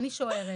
אני שוערת